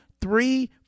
three